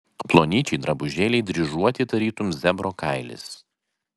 plonyčiai drabužėliai dryžuoti tarytum zebro kailis